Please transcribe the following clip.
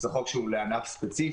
זה חוק שהוא לענף ספציפי.